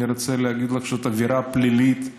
אני רוצה להגיד לך שזאת עבירה פלילית,